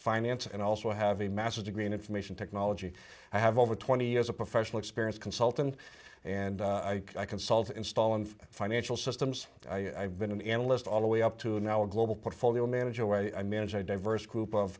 finance and also have a masters degree in information technology i have over twenty years of professional experience consultant and i consult install and financial systems i been an analyst all the way up to now a global portfolio manager where i manage a diverse group